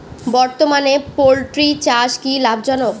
বর্তমানে পোলট্রি চাষ কি লাভজনক?